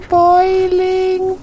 boiling